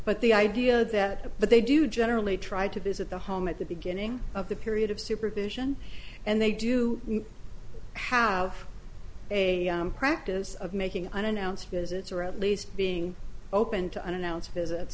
but the idea that but they do generally try to visit the home at the beginning of the period of supervision and they do have a practice of making unannounced visits or at least being open to unannounced visit